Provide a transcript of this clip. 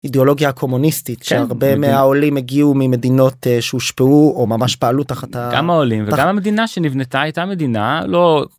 אידיאולוגיה קומוניסטית שהרבה מהעולים הגיעו ממדינות שהושפעו או ממש פעלו תחת גם העולים וגם המדינה שנבנתה הייתה מדינה לא.